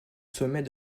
sommet